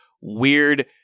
weird